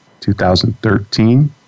2013